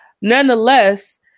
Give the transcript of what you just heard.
nonetheless